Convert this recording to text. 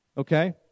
Okay